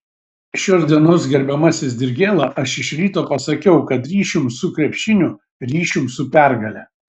šios dienos gerbiamasis dirgėla aš iš ryto pasakiau kad ryšium su krepšiniu ryšium su pergale